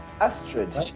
Astrid